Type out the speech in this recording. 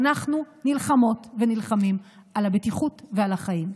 ואנחנו נלחמות ונלחמים על הבטיחות ועל החיים.